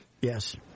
Yes